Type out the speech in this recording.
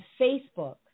Facebook